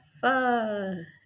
fun